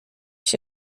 się